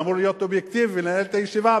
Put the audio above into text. שאמור להיות אובייקטיבי ולנהל את הישיבה,